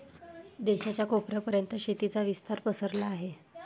देशाच्या कोपऱ्या पर्यंत शेतीचा विस्तार पसरला आहे